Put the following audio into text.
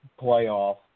playoff